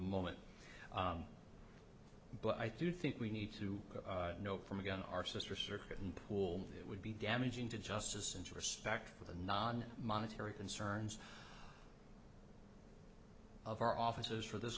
moment but i do think we need to know from again our sister circuit and pool it would be damaging to justice and to respect for the non monetary concerns of our offices for this